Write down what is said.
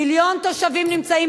מיליון תושבים נמצאים